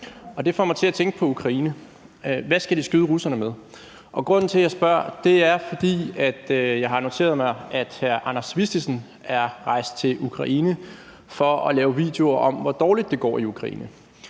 Det får mig til at tænke på Ukraine. Hvad skal de skyde russerne med? Grunden til, jeg spørger, er, at jeg har noteret mig, at hr. Anders Vistisen er rejst til Ukraine for at lave videoer om, hvor dårligt det går i Ukraine.